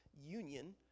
union